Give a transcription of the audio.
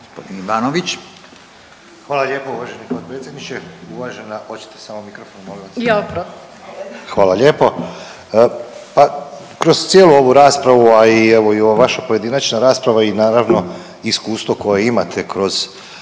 vas. …/Upadica: Jao oprostite./… Hvala lijepo, pa kroz cijelu ovu raspravu, a i evo ova vaša pojedinačna rasprava i naravno iskustvo koje imate kroz